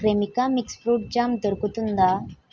Cremica mix fruit jam దొరుకుతుందా